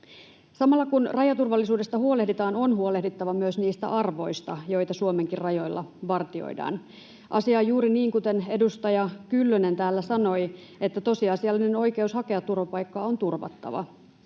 Samalla kun rajaturvallisuudesta huolehditaan, on huolehdittava myös niistä arvoista, joita Suomenkin rajoilla vartioidaan. Asia on juuri niin kuten edustaja Kyllönen täällä sanoi, että tosiasiallinen oikeus hakea turvapaikkaa on turvattava.